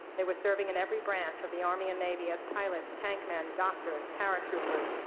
they were serving in every branch of the army and navy, as pilots, tank men, doctors, paratroopers,